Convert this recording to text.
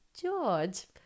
George